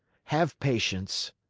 have patience!